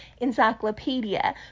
encyclopedia